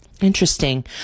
Interesting